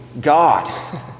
God